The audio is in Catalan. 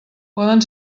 poden